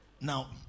Now